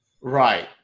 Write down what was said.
Right